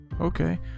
okay